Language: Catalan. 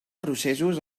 processos